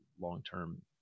long-term